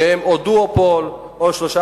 שהם או דואופול או שלוש,